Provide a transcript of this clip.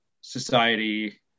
society